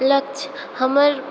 लक्ष्य हमर